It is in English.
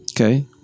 Okay